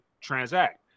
transact